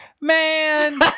man